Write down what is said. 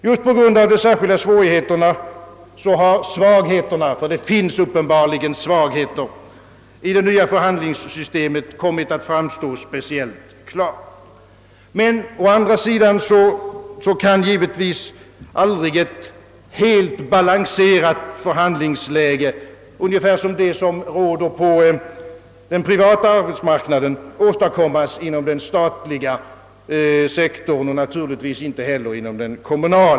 Just på grund av de särskilda svårigheterna har svagheterna i det nya förhandlingssystemet kommit att framstå särskilt klart. Men å andra sidan kan ett helt balanserat förhandlingsläge, motsvarande det som råder på den privata arbetsmarknaden, givetvis aldrig åstadkommas inom den statliga sektorn.